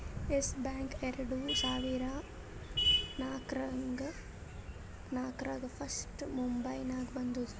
S bank ಎರಡು ಸಾವಿರದಾ ನಾಕ್ರಾಗ್ ಫಸ್ಟ್ ಮುಂಬೈನಾಗ ಬಂದೂದ